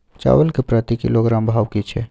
चावल के प्रति किलोग्राम भाव की छै?